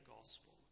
gospel